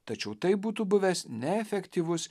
tačiau tai būtų buvęs neefektyvus